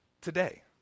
today